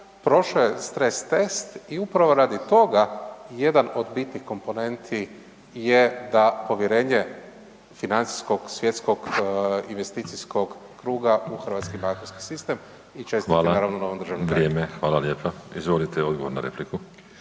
prošao je stres test i upravo radi toga jedan od bitnih komponenti je da povjerenje financijskog svjetskog i investicijskog kruga u hrvatski bankarski sistem i čestitke naravno ... /Govornici govore u isto vrijeme./ … **Škoro, Miroslav (DP)** Vrijeme. Hvala lijepa. Izvolite odgovor na repliku.